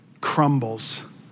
crumbles